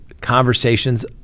Conversations